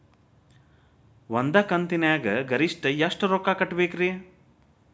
ಒಂದ್ ಕಂತಿನ್ಯಾಗ ಗರಿಷ್ಠ ಎಷ್ಟ ರೊಕ್ಕ ಕಟ್ಟಬೇಕ್ರಿ?